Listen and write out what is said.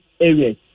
areas